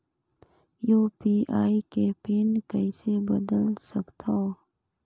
UPI के PIN कइसे बदल सकथव?